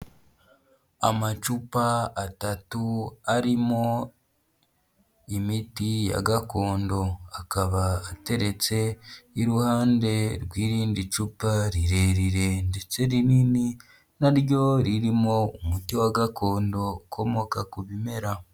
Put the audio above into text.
Amacupa atatu arimo imiti ya gakondo, akaba ateretse iruhande rw'irindi cupa rirerire ndetse rinini na ryo ririmo umuti wa gakondo ukomoka ku bimera.